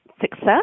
success